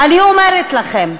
אני אומרת לכם,